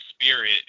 spirit